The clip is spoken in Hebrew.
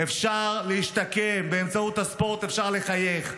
אפשר להשתקם, באמצעות הספורט אפשר לחייך.